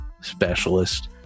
specialist